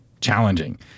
challenging